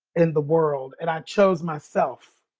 in the world. and i chose myself.